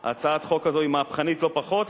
הצעת החוק הזאת היא מהפכנית לא פחות,